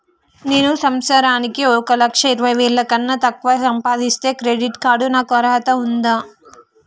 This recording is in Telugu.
నేను సంవత్సరానికి ఒక లక్ష ఇరవై వేల కన్నా తక్కువ సంపాదిస్తే క్రెడిట్ కార్డ్ కు నాకు అర్హత ఉందా?